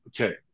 Okay